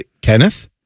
Kenneth